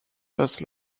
first